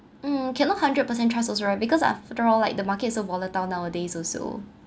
mm cannot hundred percent trust also right because after all like the markets so volatile nowadays also